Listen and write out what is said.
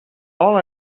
all